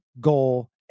goal